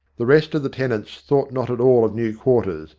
the rest of the tenants thought not at all of new quarters,